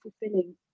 fulfilling